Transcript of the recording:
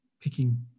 picking